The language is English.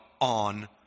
on